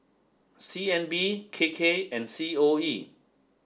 C N B K K and C O E